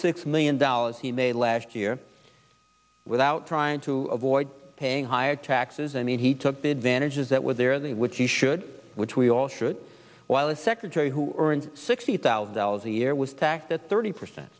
six million dollars he made last year without trying to avoid paying higher taxes and he took the advantages that were there that which he should which we all should while a secretary who earns sixty thousand dollars a year was taxed at thirty percent